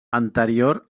anterior